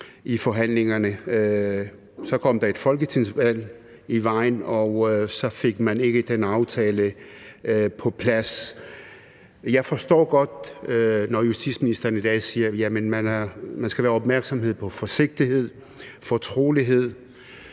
i forhandlingerne. Så kom der et folketingsvalg i vejen, og så fik man ikke den aftale på plads. Jeg forstår godt, når justitsministeren i dag siger, at der skal være opmærksomhed på forsigtighed og fortrolighed,